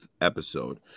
episode